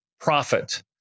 profit